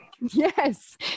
Yes